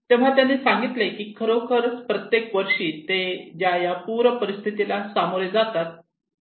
तेव्हा त्यांनी सांगितले की खरोखर प्रत्येक वर्षी ते ज्या पूर परिस्थितीला सामोरे जातात